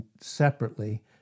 separately